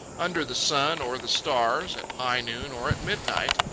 under the sun or the stars, at high noon or at midnight,